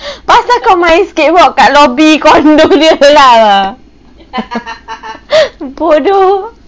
pasal kau main skateboard kat lobby condo dia lah bodoh